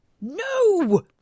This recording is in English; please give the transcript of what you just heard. no